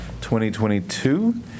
2022